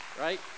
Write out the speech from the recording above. right